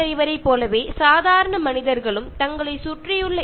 ഒരു ട്രക്ക് ഡ്രൈവറെ പോലെ സാധാരണ ജനങ്ങളും ചിന്തിക്കാറുണ്ട്